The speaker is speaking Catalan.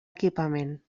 equipament